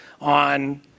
on